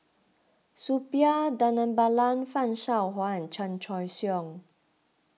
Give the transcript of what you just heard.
Suppiah Dhanabalan Fan Shao Hua and Chan Choy Siong